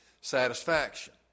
satisfaction